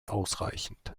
ausreichend